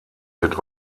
wird